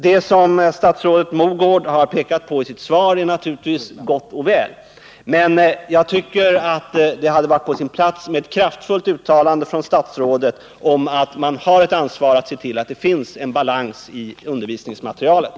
Det som statsrådet Mogård har pekat på i sitt svar är naturligtvis gott och väl, men jag tycker att det hade varit på sin plats med ett kraftfullt uttalande från statsrådet om att man har ett ansvar för att se till att det finns balans i undervisningsmaterialet.